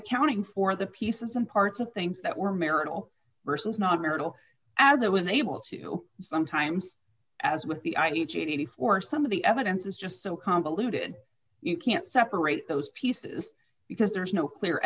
accounting for the pieces and parts of things that were marital versus not marital as it was able to sometimes as with the i e j t for some of the evidence is just so convoluted you can't separate those pieces because there's no clear